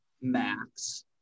max